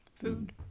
Food